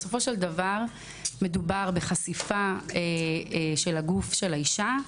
בסופו של דבר מדובר בחשיפה של הגוף של האישה,